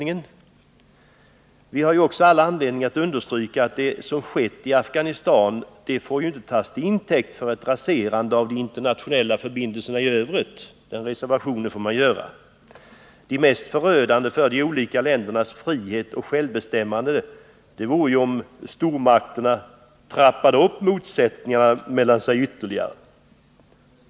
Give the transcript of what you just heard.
Vidare har vi all anledning att understryka att vad som har skett i Afghanistan inte får tas till intäkt för ett raserande av internationella förbindelser i övrigt, den reservationen måste man göra. Det mest förödande för de olika ländernas frihet och självbestämmande vore ju om stormakterna ytterligare trappade upp motsättningarna mellan sig.